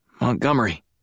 Montgomery